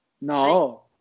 No